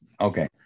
Okay